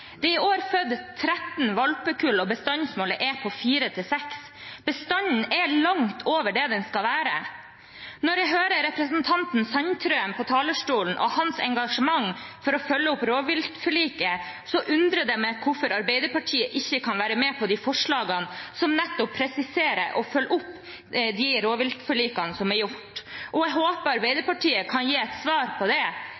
Det er i år født 13 valpekull, og bestandsmålet er på 4–6. Bestanden er langt over det den skal være. Når jeg hører representanten Sandtrøen på talerstolen og hans engasjement for å følge opp rovviltforliket, så undrer det meg hvorfor Arbeiderpartiet ikke kan være med på de forslagene som nettopp presiserer og følger opp de rovviltforlikene som er inngått, og jeg håper